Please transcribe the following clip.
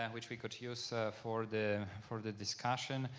and which we could use for the for the discussion.